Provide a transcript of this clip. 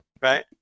Right